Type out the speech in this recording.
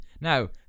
now